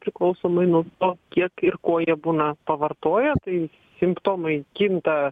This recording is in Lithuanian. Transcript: priklausomai nuo to kiek ir ko jie būna pavartoję tai simptomai kinta